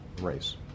race